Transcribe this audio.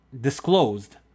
disclosed